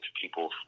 people